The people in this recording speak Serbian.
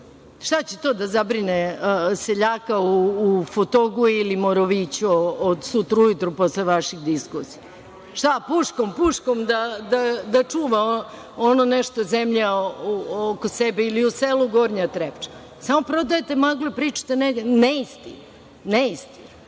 Šta će to da zabrine seljaka u Futogu ili Moroviću od sutra ujutru, posle vaših diskusija? Šta, puškom da čuva ono nešto zemlje oko sebe, ili u selu Gornja Trepča? Samo prodajete maglu, pričate neistine,